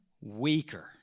weaker